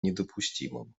недопустимым